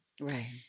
Right